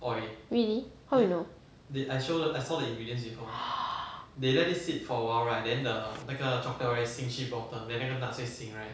really how you know